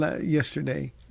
yesterday